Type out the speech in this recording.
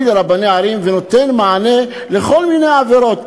לרבני ערים ונותן מענה לכל מיני עבירות.